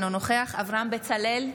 אינו נוכח אברהם בצלאל,